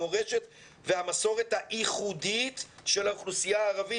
המורשת והמסורת הייחודית של האוכלוסייה הערבית.